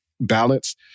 balance